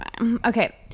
okay